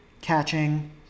catching